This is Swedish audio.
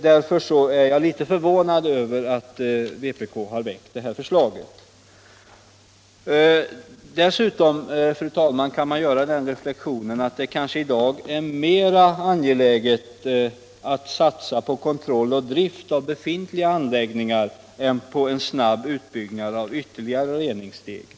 Därför är jag litet förvånad över att vpk har väckt detta förslag. Dessutom, fru talman, kan man göra den reflexionen att det kanske i dag är mer angeläget att satsa på kontroll och drift av befintliga anläggningar än på en snabb utbyggnad av ytterligare reningssteg.